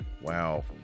Wow